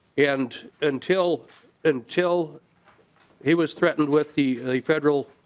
and until until he was threatened with the federal